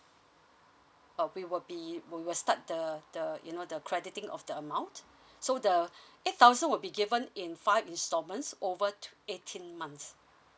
uh we will be we will start the the you know the crediting of the amount so the eight thousand would be given in five instalments over to eighteen months